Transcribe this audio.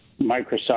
Microsoft